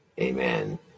Amen